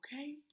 Okay